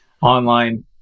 online